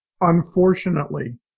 Unfortunately